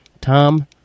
Tom